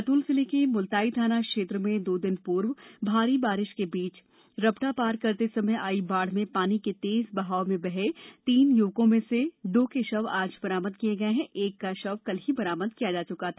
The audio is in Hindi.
बैतूल जिले के मुलताई थाना क्षेत्र में दो दिन पूर्व भारी बारिश के बीच रपटा पार करते समय आई बाढ़ में पानी के तेज बहाव में बहे तीन युवकों में दो के शव आज बरामद किए गए जबकि एक का शव कल ही बरामद किया जा चुका है